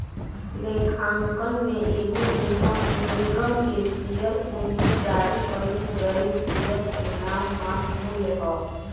लेखांकन में एगो निगम के शेयर पूंजी जारी कईल गईल शेयर के नाममात्र मूल्य ह